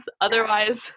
otherwise